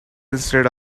instead